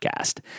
podcast